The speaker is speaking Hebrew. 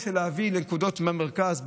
או להביא אותם לנקודות במרכז,